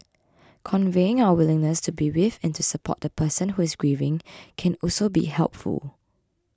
conveying our willingness to be with and to support the person who is grieving can also be helpful